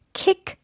kick